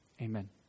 Amen